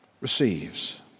receives